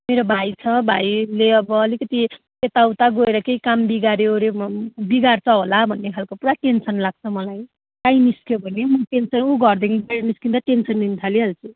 मेरो भाइ छ भाइले अब अलिकति यता उता गएर केही काम बिगाऱ्यो ओऱ्यो म बिगार्छ होला भन्ने खाले पुरा टेन्सन लाग्छ मलाई काहीँ निस्क्यो भने म टेन्सन ऊ घरदेखि बाहिर निस्कँदा टेन्सन लिनु थालिहाल्छु